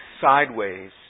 sideways